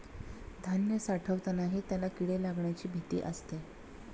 धान्य साठवतानाही त्याला किडे लागण्याची भीती असते